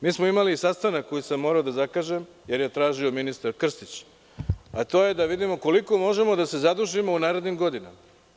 Mi smo imali sastanak koji sam morao da zakažem, jer je tražio ministar Krstić, a to je da vidimo koliko možemo da se zadužimo u narednim godinama.